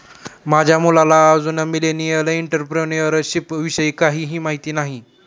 माझ्या मुलाला अजून मिलेनियल एंटरप्रेन्युअरशिप विषयी काहीही माहित नाही